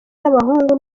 n’abahungu